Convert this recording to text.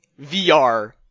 VR